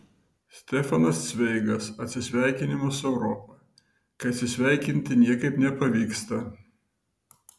stefanas cveigas atsisveikinimas su europa kai atsisveikinti niekaip nepavyksta